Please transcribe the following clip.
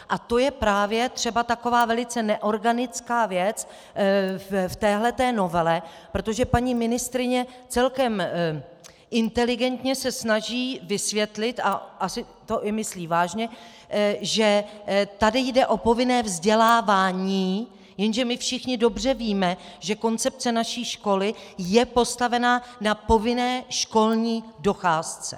A to je právě třeba taková velice neorganická věc v téhle té novele, protože paní ministryně celkem inteligentně se snaží vysvětlit, a asi to i myslí vážně, že tady jde o povinné vzdělávání, ale my všichni dobře víme, že koncepce naší školy je postavena na povinné školní docházce.